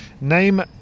Name